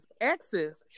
exes